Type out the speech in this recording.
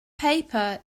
paper